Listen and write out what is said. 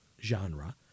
genre